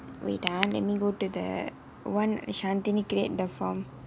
wait ah let me go to that [one] shanthini create the form